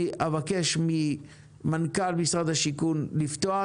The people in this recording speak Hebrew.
אבקש ממנכ"ל משרד השיכון לפתוח.